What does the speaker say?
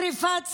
שרפת שדות,